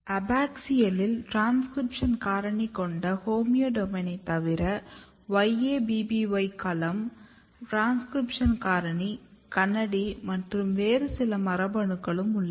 அபாக்ஸியலில் transcription காரணி கொண்ட ஹோமியோடோமைனைத் தவிர YABBY களம் டிரான்ஸ்கிரிப்ஷன் காரணி KANADI மற்றும் வேறு சில மரபணுக்களும் உள்ளன